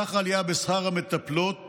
סך העלייה בשכר המטפלות